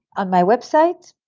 on my website,